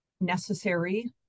necessary